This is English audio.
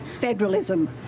federalism